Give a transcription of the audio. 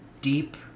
deep